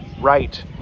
right